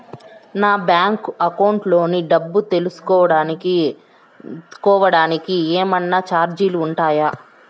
నా bank account లోని డబ్బు తెలుసుకోవడానికి కోవడానికి ఏమన్నా చార్జీలు ఉంటాయా?